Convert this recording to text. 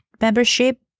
membership